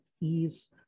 ease